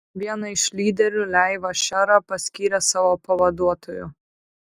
vieną iš lyderių leivą šerą paskyrė savo pavaduotoju